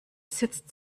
sitzt